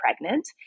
pregnant